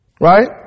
Right